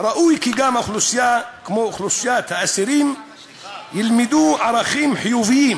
ראוי כי גם אוכלוסייה כמו אוכלוסיית האסירים תלמד ערכים חיוביים